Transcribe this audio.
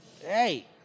Hey